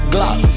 Glock